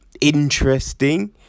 Interesting